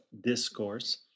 discourse